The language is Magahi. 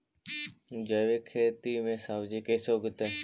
जैविक खेती में सब्जी कैसे उगइअई?